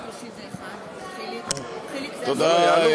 תודה,